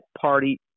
party